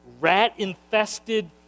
rat-infested